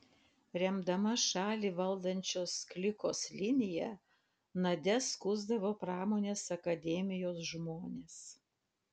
remdama šalį valdančios klikos liniją nadia skųsdavo pramonės akademijos žmones